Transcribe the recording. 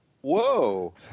Whoa